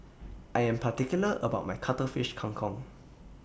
I Am particular about My Cuttlefish Kang Kong